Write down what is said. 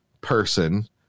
person